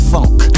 Funk